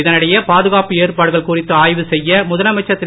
இதனிடையே பாதுகாப்பு ஏற்பாடுகள் குறித்து ஆய்வு செய்ய முதலமைச்சர் திரு